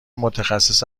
متخصص